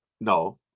No